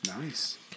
Nice